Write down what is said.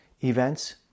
events